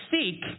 seek